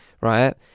right